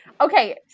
Okay